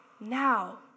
now